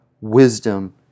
Wisdom